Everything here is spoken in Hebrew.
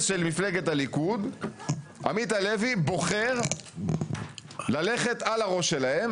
של מפלגת הליכוד עמית הלוי בוחר ללכת על הראש שלהם.